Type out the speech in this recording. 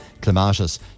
clematis